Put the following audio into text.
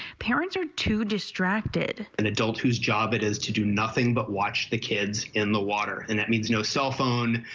parents are too distracted. and adults whose job it is to do nothing but watch the kids in the water. and that means no cell phone,